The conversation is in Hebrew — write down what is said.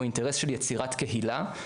או אינטרס של יצירת קהילה,